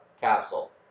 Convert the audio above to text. capsule